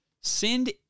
send